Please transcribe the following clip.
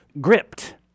gripped